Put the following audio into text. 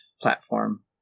platform